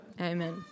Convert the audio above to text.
Amen